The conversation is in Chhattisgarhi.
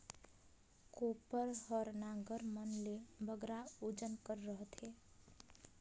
कोपर हर नांगर मन ले बगरा ओजन कर रहथे